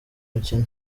mukino